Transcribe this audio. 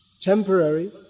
temporary